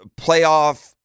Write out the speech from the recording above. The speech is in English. Playoff